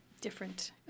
different